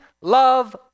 love